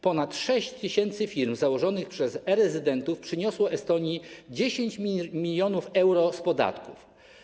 Ponad 6 tys. firm założonych przez e-rezydentów przyniosło Estonii 10 mln euro z podatków.